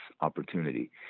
opportunity